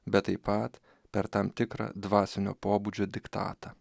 bet taip pat per tam tikrą dvasinio pobūdžio diktatą